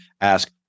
ask